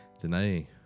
today